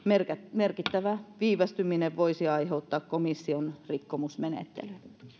merkittävä viivästyminen voisi aiheuttaa komission rikkomusmenettelyn